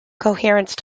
coherence